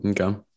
Okay